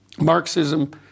Marxism